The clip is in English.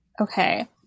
okay